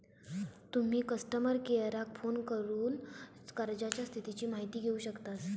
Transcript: तुम्ही कस्टमर केयराक फोन करून कर्जाच्या स्थितीची माहिती घेउ शकतास